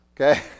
Okay